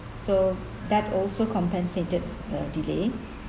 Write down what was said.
so that also compensated the delay